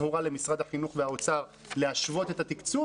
הורה למשרד החינוך והאוצר להשוות את התקצוב.